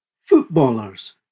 footballers